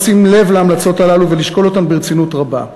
לשים לב להמלצות הללו ולשקול אותן ברצינות רבה.